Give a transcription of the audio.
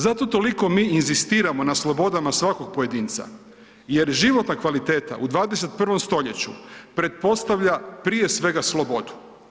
Zato toliko mi inzistiramo toliko na slobodama svakog pojedinca, jer životna kvaliteta u 21. stoljeću pretpostavlja prije svega slobodu.